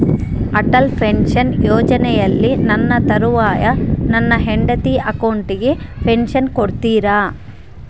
Atal pension ಯೋಜನೆಯಲ್ಲಿ ನನ್ನ ತರುವಾಯ ನನ್ನ ಹೆಂಡತಿ ಅಕೌಂಟಿಗೆ ಪೆನ್ಶನ್ ಕೊಡ್ತೇರಾ?